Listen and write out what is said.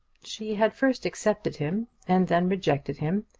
she had first accepted him, and then rejected him,